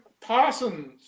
Parsons